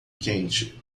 quente